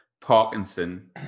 Parkinson